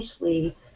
nicely